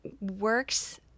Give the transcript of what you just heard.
works